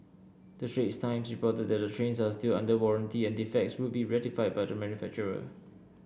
the Straits Times reported that the trains are still under warranty and defects would be rectified by the manufacturer